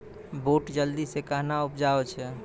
बूट जल्दी से कहना उपजाऊ छ?